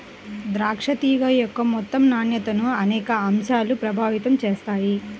ద్రాక్ష తీగ యొక్క మొత్తం నాణ్యతను అనేక అంశాలు ప్రభావితం చేస్తాయి